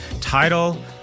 Title